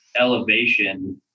elevation